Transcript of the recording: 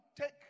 take